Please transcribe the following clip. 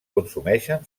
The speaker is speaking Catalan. consumeixen